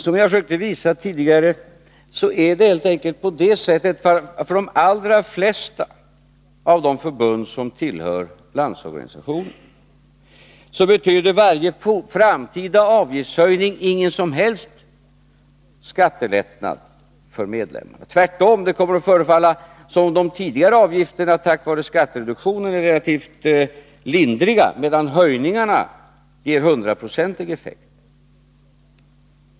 Som jag försökte visa tidigare är det helt enkelt på det sättet att varje framtida avgiftshöjning i fråga om de allra flesta av de förbund som tillhör Landsorganisationen inte betyder någon som helst skattelättnad för medlemmarna. Tvärtom kommer det att förefalla som om de tidigare avgifterna tack vare skattereduktionen är relativt lindriga, medan höjningarna ger 100-procentig effekt.